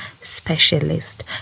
specialist